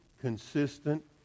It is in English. consistent